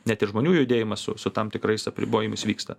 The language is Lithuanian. net ir žmonių judėjimas su su tam tikrais apribojimais vyksta